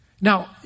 Now